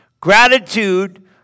Gratitude